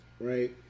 right